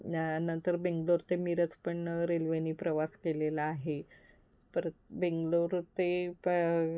न नंतर बेंगलोर ते मिरज पण रेल्वेनी प्रवास केलेला आहे परत बेंगलोर ते प